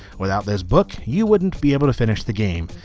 without this book you wouldn't be able to finish the game.